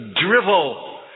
drivel